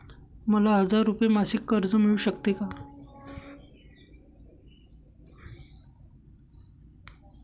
मला हजार रुपये मासिक कर्ज मिळू शकते का?